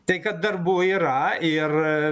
tai kad darbų yra ir